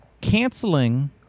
Canceling